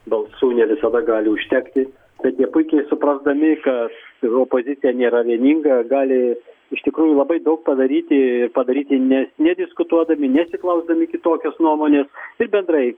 balsų ne visada gali užtekti bet jie puikiai suprasdami kad opozicija nėra vieninga gali iš tikrųjų labai daug padaryti ir padaryti net nediskutuodami neatsiklausdami kitokios nuomonės ir bendrai